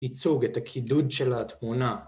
ייצוג את הקידוד של התמונה.